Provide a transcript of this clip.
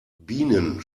bienen